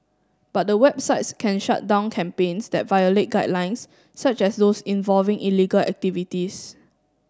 but the websites can shut down campaigns that violate guidelines such as those involving illegal activities